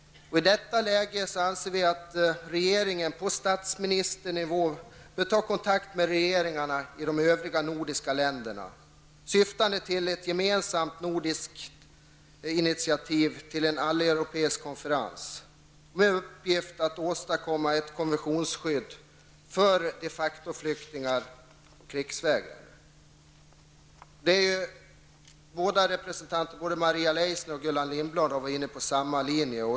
I detta läge bör regeringen på statsministernivå ta kontakt med regeringarna i de övriga nordiska länderna syftande till ett gemensamt nordiskt initiativ till en alleuropeisk konferens med uppgift att åstadkomma ett konventionsskydd för de-facto-flyktingar och krigsvägrare. Både Maria Leissner och Gullan Lindblad är på samma linje.